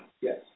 Yes